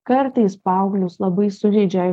kartais paauglius labai sužeidžia